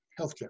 healthcare